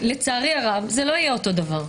לצערי הרב זה לא יהיה אותו דבר.